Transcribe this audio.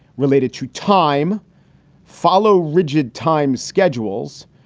related to time follow rigid time schedules,